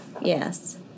Yes